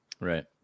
Right